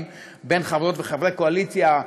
שיתופי פעולה בין חברות וחברי קואליציה,